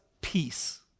peace